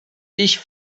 ich